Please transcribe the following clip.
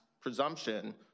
presumption